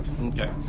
Okay